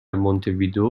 مونتهویدئو